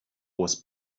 was